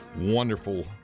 wonderful